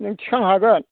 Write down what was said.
नों थिखां हागोन